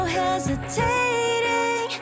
hesitating